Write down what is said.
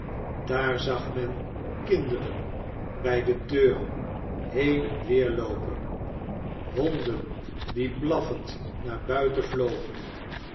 daar zag menkinderen bij de deuren heen en weer loopen honden die blaffend naar buiten vlogen